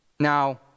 Now